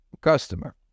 customer